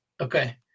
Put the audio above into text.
Okay